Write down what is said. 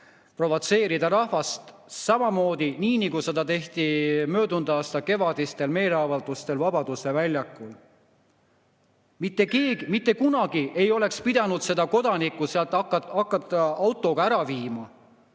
provotseerida rahvast samamoodi, nagu seda tehti möödunud aasta kevadistel meeleavaldustel Vabaduse väljakul. Mitte kunagi ei oleks pidanud seda kodanikku hakkama sealt autoga ära viima,